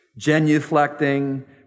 genuflecting